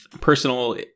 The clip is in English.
Personal